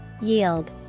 Yield